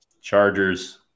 Chargers